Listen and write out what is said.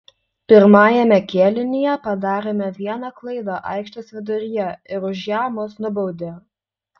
pirmajame kėlinyje padarėme vieną klaidą aikštės viduryje ir už ją mus nubaudė